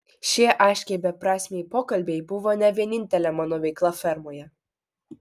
šie aiškiai beprasmiai pokalbiai buvo ne vienintelė mano veikla fermoje